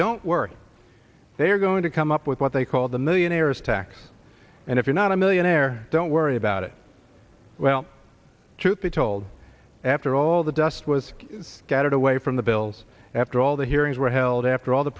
don't worry they are going to come up with what they call the millionaire's tax and if you're not a millionaire don't worry about it well truth be told after all the dust was scattered away from the bills after all the hearings were held after all the